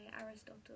Aristotle